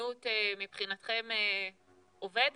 המדיניות מבחינתכם עובד?